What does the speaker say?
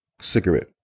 cigarette